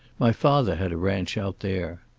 my father had a ranch out there.